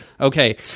Okay